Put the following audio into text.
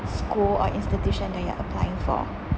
school or institution that you're applying for